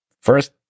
First